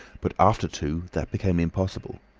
but after two that became impossible.